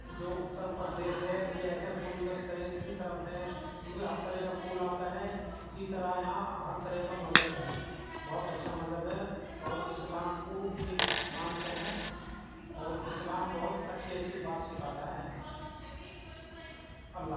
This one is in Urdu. جو اتر پردیش ہے یہ ایسا گلدستہ ہے کی طرف ہے کیونکہ ہر طرح کا پھول آتا ہے اسی طرح یہاں ہر طرح کا مذہب ہے بہت اچھا مذہب ہے اور اسلام کو بھی مانتے ہیں اور اسلام بہت اچھی اچھی بات سکھاتا ہے اللہ